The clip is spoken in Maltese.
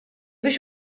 biex